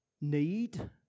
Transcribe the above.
need